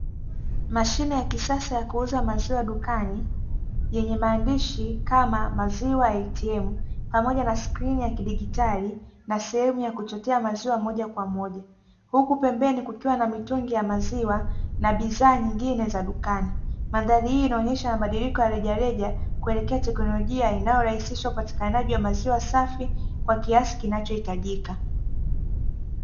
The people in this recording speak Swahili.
Mashine ya kisasa ya kuuza maziwa, dukani yenye maandishi kama maziwa "ATM" pamoja na skrini ya kidijitali na sehemu ya kuchotea maziwa, huku pembeni kukiwa na mitungi ya maziwa na bidhaa nyingine za dukani. Mandhari hii inaonyesha mabadiliko ya rejareja kuelekea teknolojia inayorahisisha upatikanaji wa maziwa safi kwa kiasi kinachohitajika.